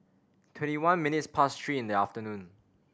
twenty one minutes past three in the afternoon